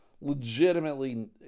legitimately